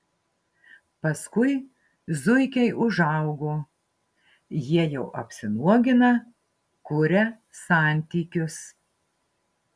paskui zuikiai užaugo jie jau apsinuogina kuria santykius